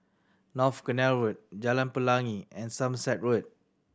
North Canal Road Jalan Pelangi and Somerset Road